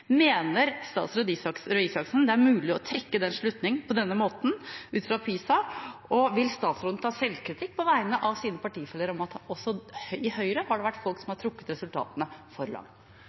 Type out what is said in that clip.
Mener statsråd Røe Isaksen det er mulig å trekke denne slutningen på denne måten ut fra PISA, og vil statsråden ta selvkritikk på vegne av sine partifeller på at det også i Høyre har vært folk som har trukket resultatene for langt?